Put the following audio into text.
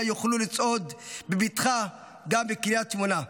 יוכלו לצעוד בבטחה גם בקריית שמונה,